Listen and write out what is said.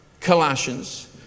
Colossians